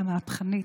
המהפכנית,